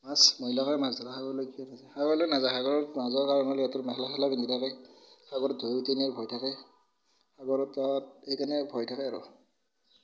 মাছ মহিলাসকলে মাছ ধৰা সাগৰলৈ কিয় নাযায় সাগৰলৈ নাযায় সাগৰত নোযোৱাৰ কাৰণ হ'ল সিহঁতৰ মেখেলা চেখেলা পিন্ধি থাকে সাগৰ ধৌ উটাই নিয়াৰ ভয় থাকে সাগৰত এইকাৰণে ভয় থাকে আৰু